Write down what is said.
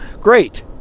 great